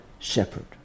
shepherd